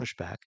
pushback